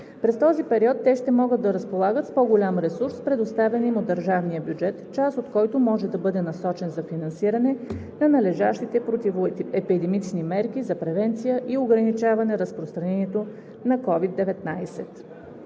През този период те ще могат да разполагат с по-голям ресурс, предоставен им от държавния бюджет, част от който може да бъде насочен за финансиране на належащите противоепидемични мерки за превенция и ограничаване разпространението на COVID-19.